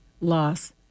loss